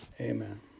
Amen